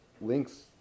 links